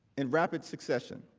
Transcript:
in rapid succession.